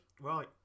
Right